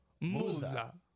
Musa